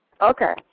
Okay